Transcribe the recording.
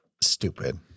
stupid